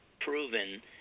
proven